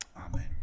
Amen